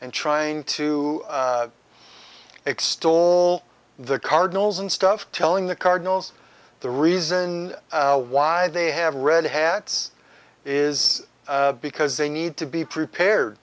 and trying to extoll the cardinals and stuff telling the cardinals the reason why they have read hads is because they need to be prepared